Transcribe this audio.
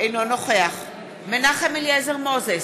אינו נוכח מנחם אליעזר מוזס,